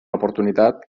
oportunitat